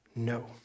No